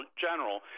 General